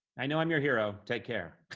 i know i'm your hero. take care.